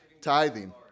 Tithing